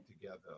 together